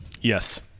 Yes